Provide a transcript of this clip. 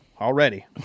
already